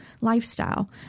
lifestyle